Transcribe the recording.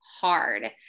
hard